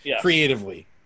creatively